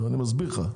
אני מסביר לך.